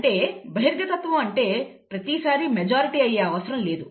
అంటే బహిర్గతత్వం అంటే ప్రతిసారి మెజారిటీ అయ్యే అవసరం లేదు